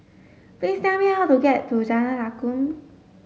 please tell me how to get to Jalan Lakum